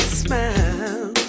smile